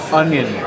onion